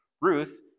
Ruth